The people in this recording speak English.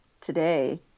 today